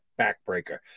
backbreaker